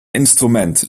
instrument